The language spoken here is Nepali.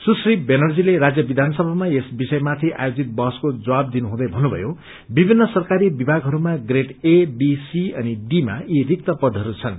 सुश्री बेनर्जीले राज्य वियानसभामा यस विषयमाथि आयोजित बहसको जवाब दिनुहुँदै भन्नुभयो कि विभिन्न सरकारी विभागहहरूमा प्रेड एबीसी अनि डिमा यी रिक्त पदहरू छनृ